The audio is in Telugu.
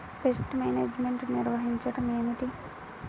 పెస్ట్ మేనేజ్మెంట్ నిర్వచనం ఏమిటి?